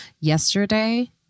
Yesterday